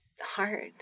hard